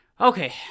Okay